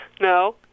No